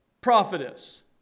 prophetess